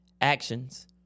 actions